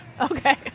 Okay